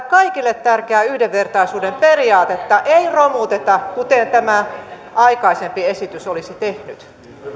kaikille tärkeää yhdenvertaisuuden periaatetta ei romuteta kuten tämä aikaisempi esitys olisi tehnyt